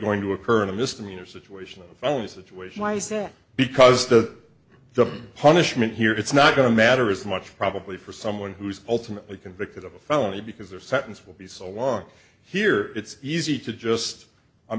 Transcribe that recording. going to occur in a misdemeanor situation own situation myself because the the punishment here it's not going to matter as much probably for someone who's ultimately convicted of a felony because their sentence will be so long here it's easy to just